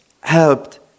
helped